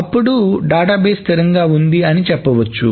అప్పుడు డేటాబేస్ స్థిరంగా ఉంది అని చెప్పవచ్చు